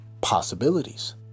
possibilities